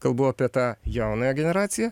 kalbu apie tą jaunąją generaciją